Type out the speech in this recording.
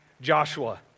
Joshua